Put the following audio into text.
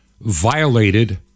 violated